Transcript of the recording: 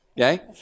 okay